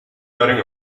wearing